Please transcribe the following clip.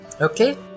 Okay